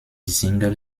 single